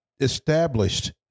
established